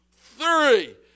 three